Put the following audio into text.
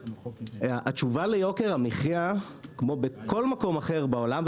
התשובה ליוקר המחייה כמו בכל מקום אחר בעולם,